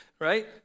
right